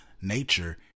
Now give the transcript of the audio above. nature